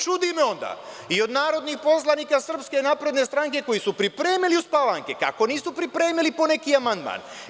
Čudi me onda i od narodnih poslanika SNS-a, koji su pripremili uspavanke, kako nisu pripremili poneki amandman.